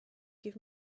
give